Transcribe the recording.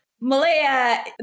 Malaya